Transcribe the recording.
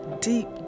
deep